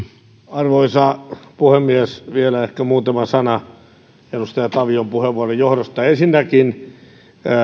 arvoisa puhemies vielä ehkä muutama sana edustaja tavion puheenvuoron johdosta ensinnäkin